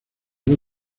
los